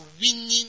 winning